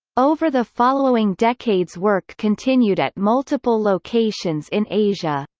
over the following decades work continued at multiple locations in asia.